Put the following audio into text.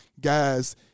guys